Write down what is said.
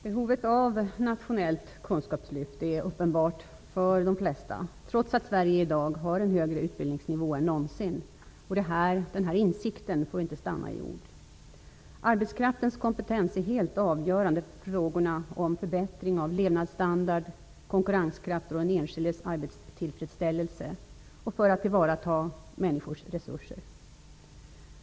Herr talman! Behovet av ett nationellt kunskapslyft är uppenbart för de flesta, trots att utbildningsnivån i Sverige i dag är högre än någonsin. Denna insikt får inte stanna vid ord. Arbetskraftens kompetens är helt avgörande för frågorna om förbättring av levnadsstandard, konnkurrenskraft och den enskildes arbetstillfredsställelse, och för att tillvarata människors resurser.